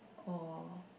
or